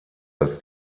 als